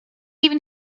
even